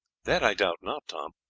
that i doubt not, tom,